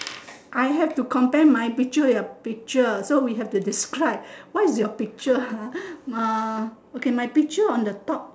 I have to compare my picture with your picture so we have to describe what is your picture ha ah okay my picture on the top